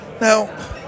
Now